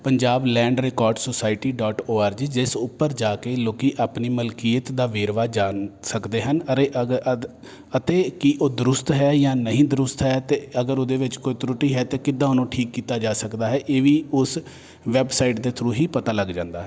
Punjab land record society dot O R G ਜਿਸ ਉੱਪਰ ਜਾ ਕੇ ਲੋਕ ਆਪਣੀ ਮਲਕੀਅਤ ਦਾ ਵੇਰਵਾ ਜਾਣ ਸਕਦੇ ਹਨ ਅਰੇ ਅਤ ਅਤੇ ਕੀ ਉਹ ਦਰੁਸਤ ਹੈ ਜਾਂ ਨਹੀਂ ਦਰੁਸਤ ਹੈ ਅਤੇ ਅਗਰ ਉਹਦੇ ਵਿੱਚ ਕੋਈ ਤਰੁਟੀ ਹੈ ਤਾਂ ਕਿੱਦਾਂ ਉਹਨੂੰ ਠੀਕ ਕੀਤਾ ਜਾ ਸਕਦਾ ਹੈ ਇਹ ਵੀ ਉਸ ਵੈਬਸਾਈਟ ਦੇ ਥਰੂ ਹੀ ਪਤਾ ਲੱਗ ਜਾਂਦਾ ਹੈ